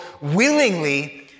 willingly